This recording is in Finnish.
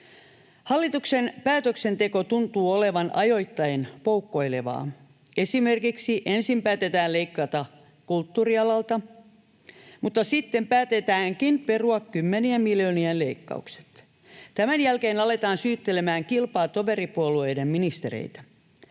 Hallituksen päätöksenteko tuntuu olevan ajoittain poukkoilevaa. Esimerkiksi ensin päätetään leikata kulttuurialalta, mutta sitten päätetäänkin perua kymmenien miljoonien leikkaukset. Tämän jälkeen aletaan syyttelemään kilpaa toveripuolueiden ministereitä.